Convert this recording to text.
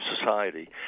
society